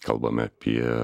kalbam apie